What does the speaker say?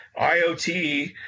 IoT